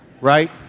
right